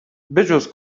بهجز